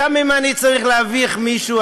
וגם אם אני צריך להביך מישהו,